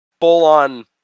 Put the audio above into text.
full-on